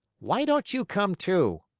why don't you come, too?